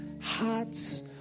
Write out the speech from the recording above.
hearts